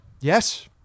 Yes